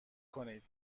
کنید